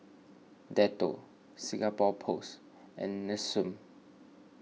Dettol Singapore Post and Nestum